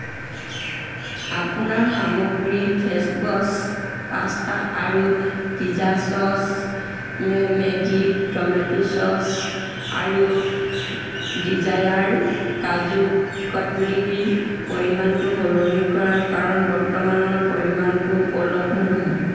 আপোনাৰ সামগ্ৰী চেফবছ পাস্তা আৰু pizza sauce Maggi tomato sauce আৰু ডিজায়াৰ কাজু কটলীৰ পৰিমাণটো সলনি কৰা কাৰণ বৰ্তমানৰ পৰিমাণটো উপলব্ধ নহয়